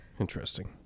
Interesting